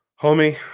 homie